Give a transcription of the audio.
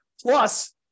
Plus